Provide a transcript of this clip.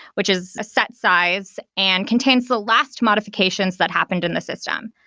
which is a set size and contains the last modifications that happened in the system.